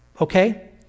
okay